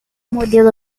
modelo